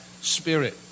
spirit